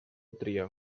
tria